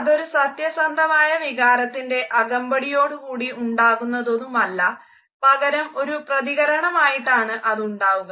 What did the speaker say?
അതൊരു സത്യന്ധമായ വികാരത്തിൻ്റെ അകമ്പടിയോടുകൂടി ഉണ്ടാകുന്നതൊന്നും അല്ല പകരം ഒരു പ്രതികരണമായിട്ടാണ് അതുണ്ടാവുക